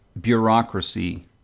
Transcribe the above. Bureaucracy